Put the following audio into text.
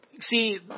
See